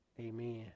amen